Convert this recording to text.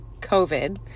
COVID